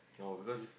oh because